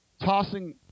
tossing